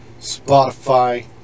Spotify